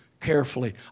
carefully